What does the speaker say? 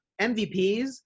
MVPs